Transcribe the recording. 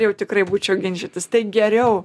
jau tikrai būčiau ginčytis tai geriau